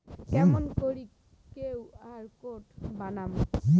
কেমন করি QR code বানাম?